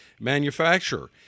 manufacturer